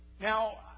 Now